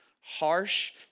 harsh